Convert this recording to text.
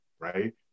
right